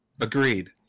Agreed